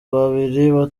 babiri